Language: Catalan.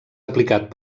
aplicat